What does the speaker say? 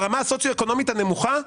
לאנשים ברמה הסוציו-אקונומית הנמוכה?